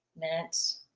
minutes,